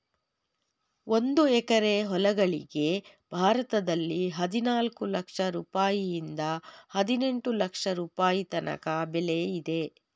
ಒಂದು ಎಕರೆ ಹೊಲಗಳಿಗೆ ಭಾರತದಲ್ಲಿ ಹದಿನಾಲ್ಕು ಲಕ್ಷ ರುಪಾಯಿಯಿಂದ ಹದಿನೆಂಟು ಲಕ್ಷ ರುಪಾಯಿ ತನಕ ಬೆಲೆ ಇದೆ